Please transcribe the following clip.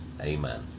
Amen